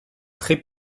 très